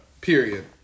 period